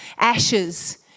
ashes